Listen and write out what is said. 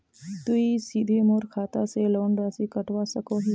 तुई सीधे मोर खाता से लोन राशि कटवा सकोहो हिस?